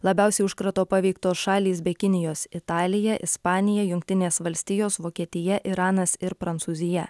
labiausiai užkrato paveiktos šalys be kinijos italija ispanija jungtinės valstijos vokietija iranas ir prancūzija